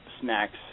snacks